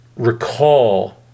recall